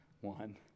One